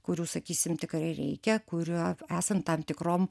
kurių sakysim tikrai reikia kurio esant tam tikrom